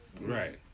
Right